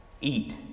eat